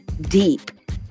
deep